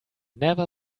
never